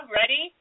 ready